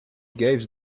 gave